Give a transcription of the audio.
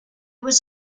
was